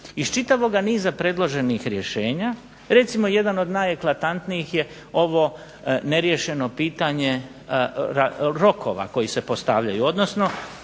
iz čitavoga niza predloženih rješenja. Recimo jedan od najeklatantnijih je ovo neriješeno pitanje rokova koji se postavljaju, odnosno